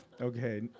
Okay